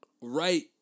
right